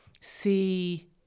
see